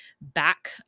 back